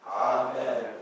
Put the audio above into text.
Amen